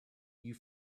you